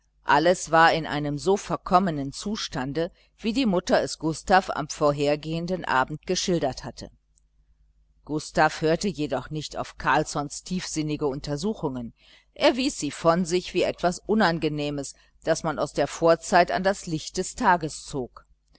alles war in einem so verkommenen zustande wie die mutter es gustav am vorhergehenden abend geschildert hatte gustav hörte jedoch nicht auf carlssons tiefsinnige untersuchungen er wies sie von sich wie etwas unangenehmes das man aus der vorzeit an das licht des tages zog